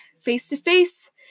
face-to-face